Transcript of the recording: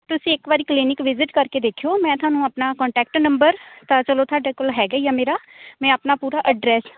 ਤੁਸੀਂ ਇੱਕ ਵਾਰੀ ਕਲੀਨਿਕ ਵਿਜਿਟ ਕਰਕੇ ਦੇਖਿਓ ਮੈਂ ਤੁਹਾਨੂੰ ਆਪਣਾ ਕੰਟੈਕਟ ਨੰਬਰ ਤਾਂ ਚਲੋ ਤੁਹਾਡੇ ਕੋਲ ਹੈਗਾ ਹੀ ਆ ਮੇਰਾ ਮੈਂ ਆਪਣਾ ਪੂਰਾ ਐਡਰੈਸ